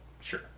sure